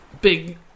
big